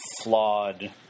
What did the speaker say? flawed